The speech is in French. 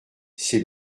c’est